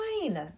fine